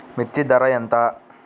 మిర్చి ధర ఎంత?